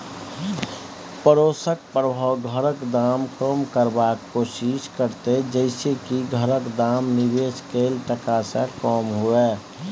पडोसक प्रभाव घरक दाम कम करबाक कोशिश करते जइसे की घरक दाम निवेश कैल टका से कम हुए